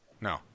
No